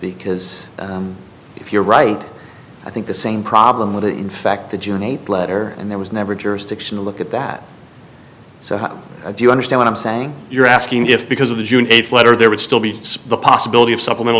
because if you're right i think the same problem with it in fact the june eighth letter and there was never a jurisdiction to look at that so how do you understand what i'm saying you're asking if because of the june eighth letter there would still be the possibility of supplemental